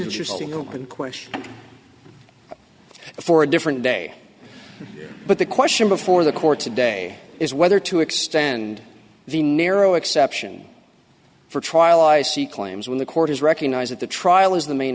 interest in the question for a different day but the question before the court today is whether to extend the narrow exception for trial i see claims when the court has recognized that the trial is the main